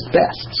best